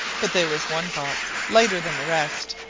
but there was one box, lighter than the rest,